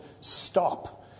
stop